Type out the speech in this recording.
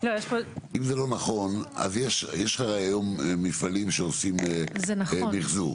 אז יש הרי היום מפעלים שעושים מיחזור.